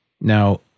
now